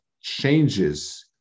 changes